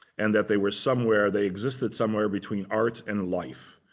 and that they were somewhere they existed somewhere between art and life.